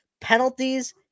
Penalties